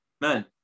Man